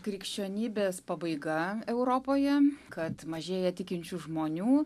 krikščionybės pabaiga europoje kad mažėja tikinčių žmonių